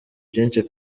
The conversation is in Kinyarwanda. byinshi